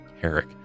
Herrick